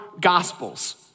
Gospels